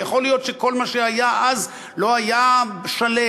ויכול להיות שכל מה שהיה אז לא היה שלם,